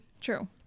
True